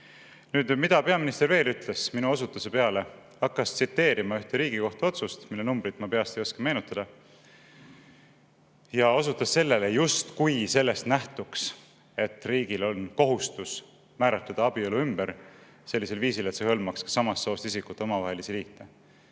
Mida peaminister veel ütles? Minu osutuse peale hakkas ta tsiteerima ühte Riigikohtu otsust, mille numbrit ma peast ei [suuda] meenutada, ja osutas sellele, justkui sellest nähtuks, et riigil on kohustus määratleda abielu ümber sellisel viisil, et see hõlmaks ka samast soost isikute omavahelisi liite.